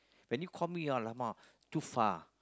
when you call me !alamak! too far